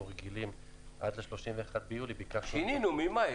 רגילים עד ה-31 ביולי ביקשנו --- שינינו ממאי.